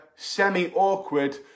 semi-awkward